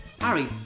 Harry